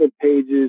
pages